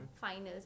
finals